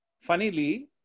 funnily